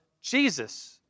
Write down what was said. Jesus